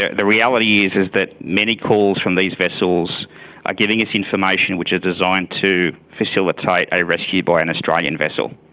the reality is is that many calls from these vessels are giving us information which are designed to facilitate a rescue by an australian vessel.